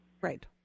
Right